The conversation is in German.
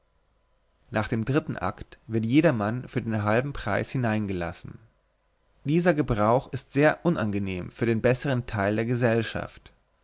nach dem dritten akt wird jedermann für den halben preis hineingelassen dieser gebrauch ist sehr unangenehm für den besseren teil der gesellschaft